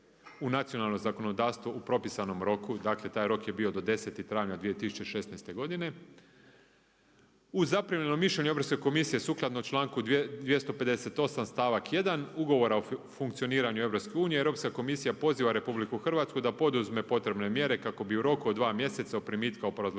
u nacionalno zakonodavstvo u propisanom roku. Dakle taj rok je bio do 10. travnja 2016. godine, uz zaprimljeno mišljenje Europske komisije sukladno članku 258. stavak 1. Ugovora o funkcioniranju EU, Europska komisija poziva RH da poduzme potrebne mjere kako bi u roku od dva mjeseca o primitku obrazloženog